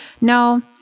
No